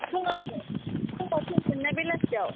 फुङावनो फुङाव फैगोन ना बेलासियाव